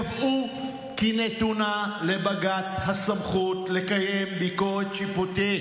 קבעו כי נתונה לבג"ץ הסמכות לקיים ביקורת שיפוטית